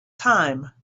time